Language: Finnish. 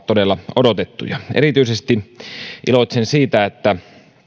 todella odotettuja erityisesti iloitsen siitä että